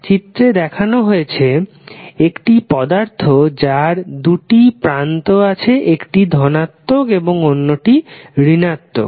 চিত্রে দেখানো হয়াছে একটি পদার্থ যার দুটি প্রান্ত আছে একটি ধনাত্মক এবং অন্যটি ঋণাত্মক